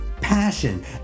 passion